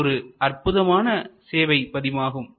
இது ஒரு அற்புதமான சேவை பதிவாகும்